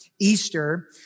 Easter